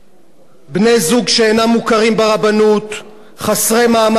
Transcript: בני-זוג שאינם מוכרים ברבנות, חסרי מעמד דתי,